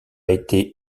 été